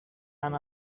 and